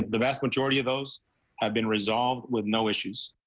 the vast majority of those have been resolved with no issues.